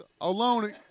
Alone